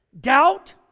Doubt